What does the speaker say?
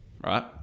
right